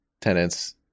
tenants